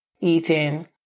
eating